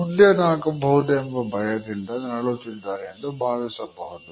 ಮುಂದೇನಾಗಬಹುದೆಂಬ ಭಯದಿಂದ ನರಳುತ್ತಿದ್ದಾರೆ ಎಂದು ಭಾವಿಸಬಹುದು